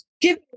give